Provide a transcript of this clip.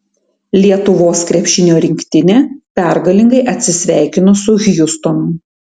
lietuvos krepšinio rinktinė pergalingai atsisveikino su hjustonu